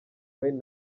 wayne